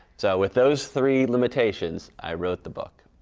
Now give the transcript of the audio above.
so, with those three limitations, i wrote the book.